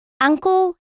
uncle